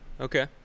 okay